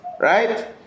right